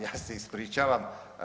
Ja se ispričavam.